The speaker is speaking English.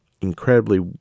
incredibly